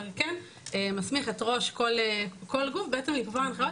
אבל כן מסמיך את ראש כל גוף לקבוע הנחיות